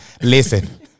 Listen